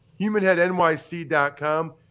HumanHeadNYC.com